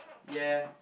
ya